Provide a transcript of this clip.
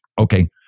okay